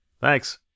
Thanks